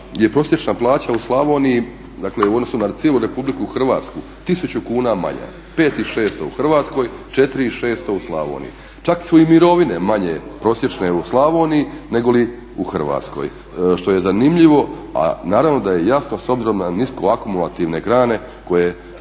prosječna plaća u Slavoniji, dakle u odnosu na cijelu Republiku Hrvatsku 1000 kuna manja, 5600 u Hrvatskoj, 4600 u Slavoniji. Čak su i mirovine manje prosječne u Slavoniji, negoli u Hrvatskoj što je zanimljivo, a naravno da je jasno s obzirom na niske akumulativne grane koje